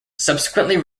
subsequently